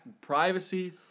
privacy